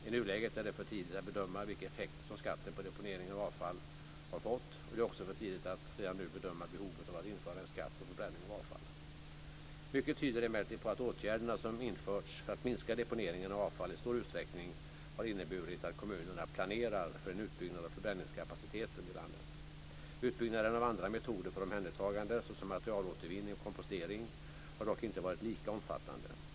I nuläget är det för tidigt att bedöma vilka effekter som skatten på deponering av avfall har fått, och det är också för tidigt att redan nu bedöma behovet av att införa en skatt på förbränning av avfall. Mycket tyder emellertid på att åtgärderna som införts för att minska deponeringen av avfall i stor utsträckning har inneburit att kommunerna planerar för en utbyggnad av förbränningskapaciteten i landet. Utbyggnaden av andra metoder för omhändertagande såsom materialåtervinning och kompostering har dock inte varit lika omfattande.